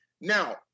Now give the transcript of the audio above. now